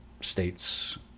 states